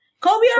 Kobe